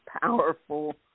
powerful